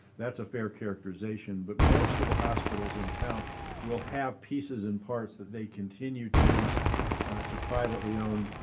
that's a fair characterization. but most of the hospitals in town will have pieces and parts that they continue to lease to privately owned